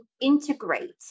integrate